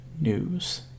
news